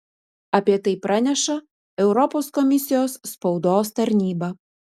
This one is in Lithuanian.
apie tai praneša europos komisijos spaudos tarnyba